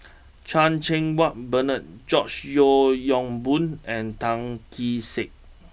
Chan Cheng Wah Bernard George Yeo Yong Boon and Tan Kee Sek